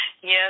Yes